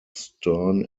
stern